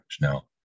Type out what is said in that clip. now